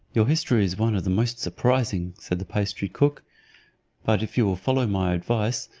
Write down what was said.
your history is one of the most surprising, said the pastry cook but if you will follow my advice,